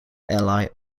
ally